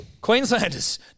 Queenslanders